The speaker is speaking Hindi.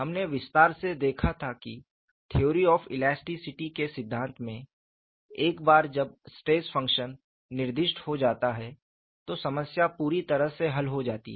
हमने विस्तार से देखा था कि थ्योरी ऑफ़ इलास्टिसिटी के सिद्धांत में एक बार जब स्ट्रेस फंक्शन निर्दिष्ट हो जाता है तो समस्या पूरी तरह से हल हो जाती है